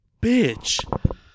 bitch